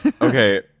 Okay